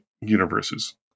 universes